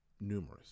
numerous